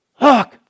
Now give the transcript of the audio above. Look